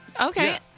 Okay